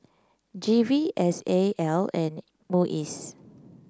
G V S A L and MUIS